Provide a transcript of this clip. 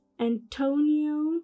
antonio